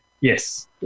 Yes